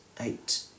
eight